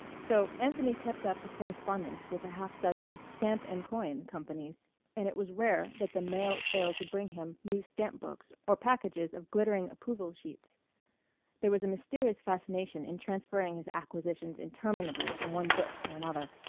so anthony kept up a correspondence with a half dozen stamp and coin companies and it was rare that the mail failed to bring him new stamp-books or packages of glittering approval sheets there was a mysterious fascination in transferring his acquisitions interminably from one book to another.